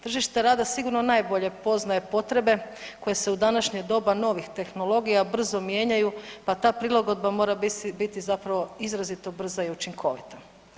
Tržište rada sigurno najbolje poznaje potrebe koje se u današnje doba novih tehnologija brzo mijenjaju pa ta prilagodba mora biti zapravo izrazito brza i učinkovita.